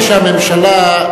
נדמה לי שהממשלה,